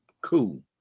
Cool